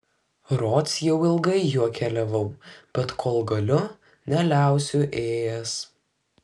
rods jau ilgai juo keliavau bet kol galiu neliausiu ėjęs